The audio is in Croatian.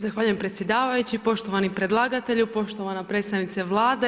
Zahvaljujem predsjedavajući, poštovani predlagatelju, poštovana predstavnice Vlade.